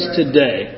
today